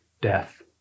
death